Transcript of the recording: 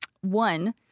one